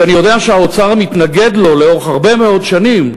שאני יודע שהאוצר מתנגד לו לאורך הרבה מאוד שנים,